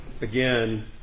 again